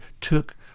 took